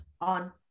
on